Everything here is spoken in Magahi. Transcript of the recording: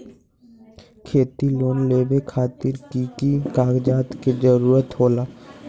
खेती लोन लेबे खातिर की की कागजात के जरूरत होला?